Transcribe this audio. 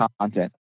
content